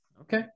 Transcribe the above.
okay